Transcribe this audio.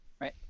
Right